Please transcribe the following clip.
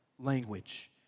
language